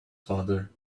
father